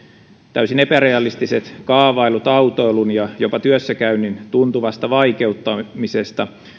täysin epärealistiset kaavailut autoilun ja jopa työssäkäynnin tuntuvasta vaikeuttamisesta